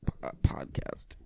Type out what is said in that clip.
podcast